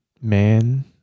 man